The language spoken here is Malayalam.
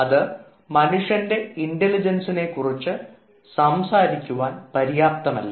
അത് മനുഷ്യൻറെ ഇൻറലിജൻസിനെക്കുറിച്ച് സംസാരിക്കാൻ പര്യാപ്തമല്ല